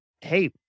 hey